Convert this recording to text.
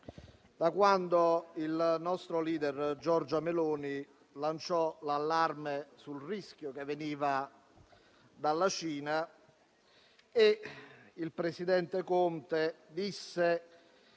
da quando il nostro *leader* Giorgia Meloni lanciò l'allarme sul rischio che veniva dalla Cina e il presidente Conte disse